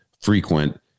frequent